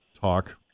talk